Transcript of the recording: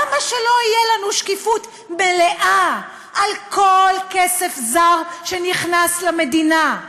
למה שלא תהיה לנו שקיפות מלאה על כל כסף זר שנכנס למדינה?